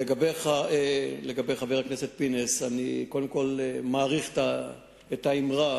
לגבי חבר הכנסת פינס, אני מעריך את האמרה.